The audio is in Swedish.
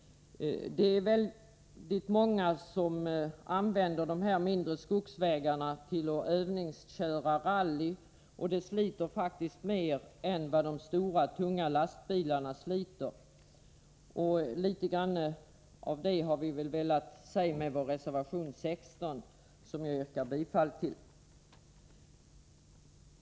Det är väldigt många som använder de mindre skogsvägarna vid övningskörning för rallyn. Därvid sliter man faktiskt vägarna mer än vad de stora tunga lastbilarna gör. Litet grand av detta har vi velat säga med vår reservation nr 16, som jag yrkar bifall till.